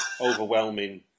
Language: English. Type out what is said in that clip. overwhelming